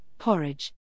porridge